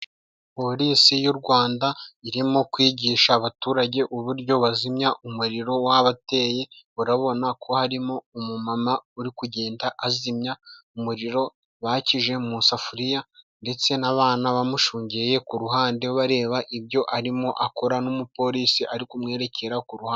Polisi y'u Rwanda irimo kwigisha abaturage uburyo bazimya umuriro wabateye. Urabona ko harimo umumama uri kugenda azimya umuriro bakije mu safuriya ndetse n'abana bamushungereye ku ruhande bareba ibyo arimo akora n'umupolisi ari kumwerekera ku ruhande .